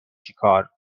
چیکار